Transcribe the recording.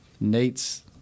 Nate's